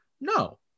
No